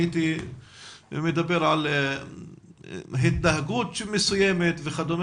הייתי מדבר על התנהגות מסוימת וכד'.